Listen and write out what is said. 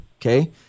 Okay